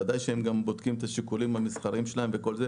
ודאי הן גם בודקות את השיקולים המסחריים שלהן וכולי,